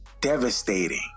devastating